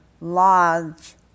lodge